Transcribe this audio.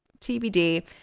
TBD